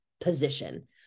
position